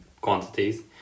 quantities